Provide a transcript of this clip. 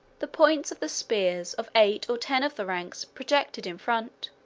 the points of the spears of eight or ten of the ranks projected in front,